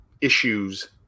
issues